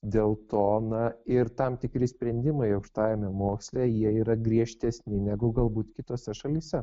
dėl to na ir tam tikri sprendimai aukštajame moksle jie yra griežtesni negu galbūt kitose šalyse